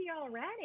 already